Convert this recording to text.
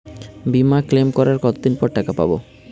বিমা ক্লেম করার কতদিন পর টাকা পাব?